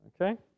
okay